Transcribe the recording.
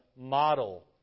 model